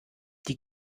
die